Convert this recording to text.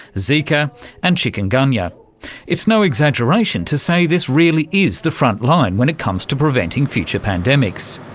zika and chikungunya. it's no exaggeration to say this really is the front line when it comes to preventing future pandemics.